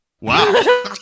Wow